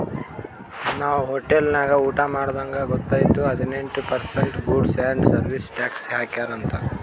ನಾವ್ ಹೋಟೆಲ್ ನಾಗ್ ಊಟಾ ಮಾಡ್ದಾಗ್ ಗೊತೈಯ್ತು ಹದಿನೆಂಟ್ percent goods and service tax ಹಾಕ್ಯಾರ್ ಅಂತ್